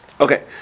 Okay